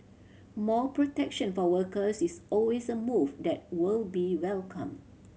more protection for workers is always a move that will be welcomed